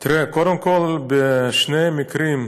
תראה, קודם כול, בשני מקרים,